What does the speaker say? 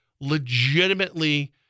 legitimately